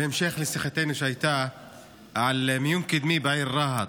בהמשך לשיחתנו שהייתה על מיון קדמי בעיר רהט.